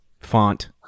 Font